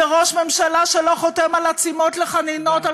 וראש ממשלה שלא חותם על עצומות לחנינות, תודה רבה.